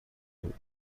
بود